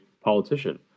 politician